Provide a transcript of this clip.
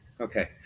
okay